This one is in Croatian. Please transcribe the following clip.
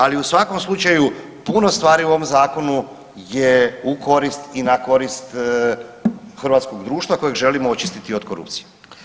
Ali u svakom slučaju puno stvari u ovom zakonu je u korist i na korist hrvatskog društva kojeg želimo očistiti od korupcije.